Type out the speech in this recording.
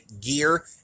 gear